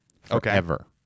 forever